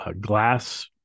glass